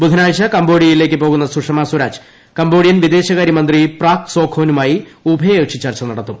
ബുധനാഴ്ച കംബോഡിയയിലേക്കു പോകുന്ന സുഷമ സ്വരാജ് കംബോഡിയൻ വിദേശകാര്യ മന്ത്രി പ്രാക് സോഖോന്നു മായി ഉഭയകക്ഷി ചർച്ച നടത്തും